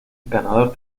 ganador